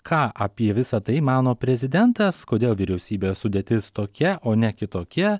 ką apie visa tai mano prezidentas kodėl vyriausybės sudėtis tokia o ne kitokia